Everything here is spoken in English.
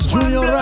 Junior